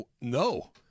no